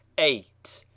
eight.